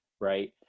right